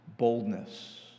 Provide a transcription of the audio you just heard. boldness